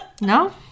No